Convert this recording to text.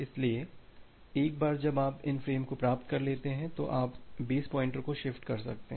इसलिए एक बार जब आप इन फ़्रेमों को प्राप्त कर लेते हैं तो आप बेस पॉइंटर को शिफ्ट कर सकते हैं